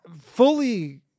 fully